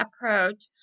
approach